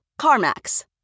CarMax